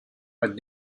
but